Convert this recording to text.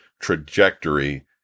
trajectory